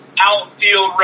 outfield